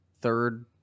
third